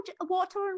water